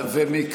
לך.